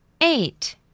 Eight